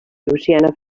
louisiana